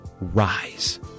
Rise